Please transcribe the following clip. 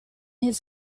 his